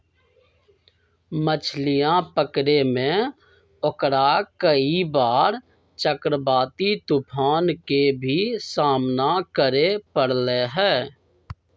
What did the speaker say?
मछलीया पकड़े में ओकरा कई बार चक्रवाती तूफान के भी सामना करे पड़ले है